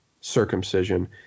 circumcision